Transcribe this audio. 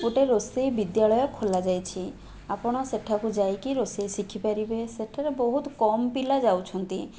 ଗୋଟେ ରୋଷେଇ ବିଦ୍ୟାଳୟ ଖୋଲା ଯାଇଛି ଆପଣ ସେଠାକୁ ଯାଇକି ରୋଷେଇ ଶିଖି ପାରିବେ ସେଠାରେ ବହୁତ କମ୍ ପିଲା ଯାଉଛନ୍ତି